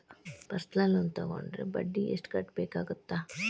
personal loan ತೊಗೊಂಡ್ರ ಬಡ್ಡಿ ಎಷ್ಟ್ ಕಟ್ಟಬೇಕಾಗತ್ತಾ